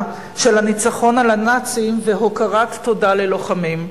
של הניצחון על הנאצים והכרת תודה ללוחמים.